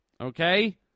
Okay